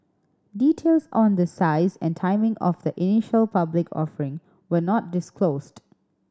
details on the size and timing of the initial public offering were not disclosed